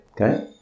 Okay